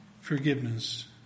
Forgiveness